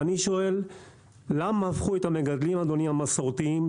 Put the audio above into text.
אני שואל למה הפכו את המגדלים המסורתיים,